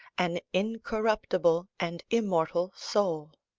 an incorruptible and immortal soul.